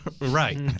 Right